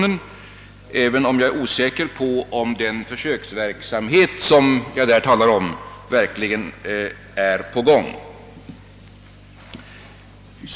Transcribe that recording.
Jag är emellertid osäker på, om någon sådan försöksverksamhet som jag där talade om verkligen förekommer.